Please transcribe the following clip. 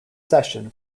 session